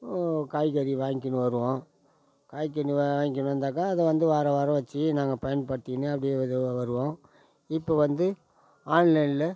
காய்கறி வாங்கிக்கினு வருவோம் காய்கனி வா வாங்கிக்கினு வந்தாக்கா அதை வந்து வாரம் வாரம் வச்சி நாங்கள் பயன்படுத்திக்கினு அப்படியே மெதுவாக வருவோம் இப்போவந்து ஆன்லைனில்